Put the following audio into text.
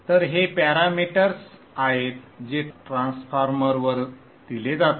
तर हे पॅरामीटर्स आहेत जे ट्रान्सफॉर्मरवर दिले जातात